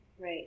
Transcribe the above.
Right